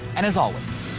and as always,